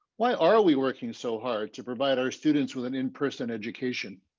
why are we working so hard to provide our students with an in person education?